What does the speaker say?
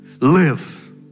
Live